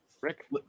Rick